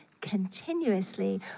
continuously